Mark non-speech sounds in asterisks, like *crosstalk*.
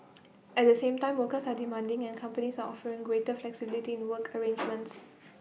*noise* at the same time workers are demanding and companies are offering greater flexibility in work *noise* arrangements